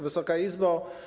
Wysoka Izbo!